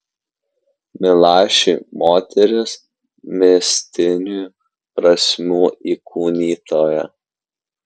milašiui moteris mistinių prasmių įkūnytoja